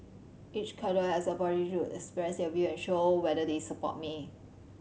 each cadre has the to express their view and show whether they support me